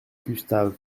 gustave